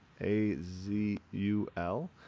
A-Z-U-L